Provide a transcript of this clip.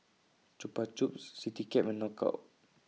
Chupa Chups Citycab and Knockout